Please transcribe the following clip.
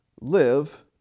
live